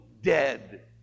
dead